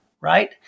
right